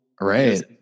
Right